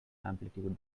amplitude